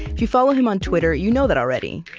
if you follow him on twitter, you know that already.